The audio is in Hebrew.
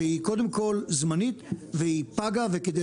שהיא קודם כל זמנית והיא פגה וכדי